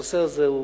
הנושא הזה,